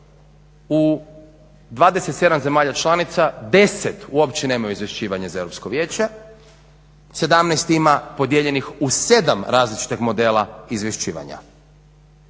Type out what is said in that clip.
u 27 zemalja članica 10 uopće nemaju izvješćivanje za Europsko vijeće, 17 ima podijeljenih u 7 različitih modela izvješćivanja.